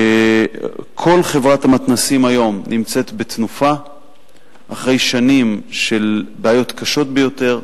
כל חברת המתנ"סים היום נמצאת בתנופה אחרי שנים של בעיות קשות ביותר.